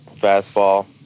fastball